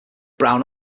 brown